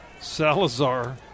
Salazar